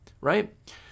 right